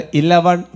eleven